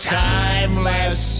timeless